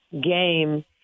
game